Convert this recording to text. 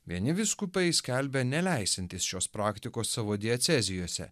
vieni vyskupai skelbia neleisiantys šios praktikos savo diecezijose